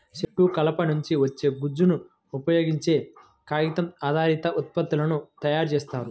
చెట్టు కలప నుంచి వచ్చే గుజ్జును ఉపయోగించే కాగితం ఆధారిత ఉత్పత్తులను తయారు చేస్తారు